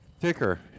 ticker